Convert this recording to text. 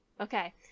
Okay